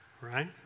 right